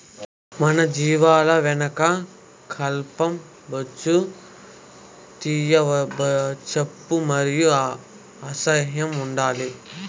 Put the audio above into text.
మన జీవాల వెనక కాల్ల బొచ్చు తీయించప్పా మరి అసహ్యం ఉండాలి